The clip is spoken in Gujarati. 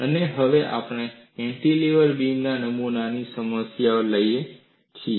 અને હવે આપણે કેન્ટીલીવર બીમ નમૂનાની સમસ્યા લઈએ છીએ